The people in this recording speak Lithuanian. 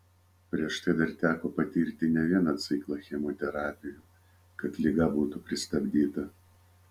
prieš tai dar teko patirti ne vieną ciklą chemoterapijų kad liga būtų pristabdyta